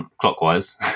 clockwise